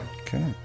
Okay